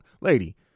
lady